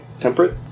Temperate